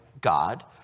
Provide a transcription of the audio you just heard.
God